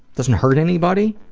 doesn't hurt anybody.